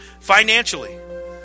financially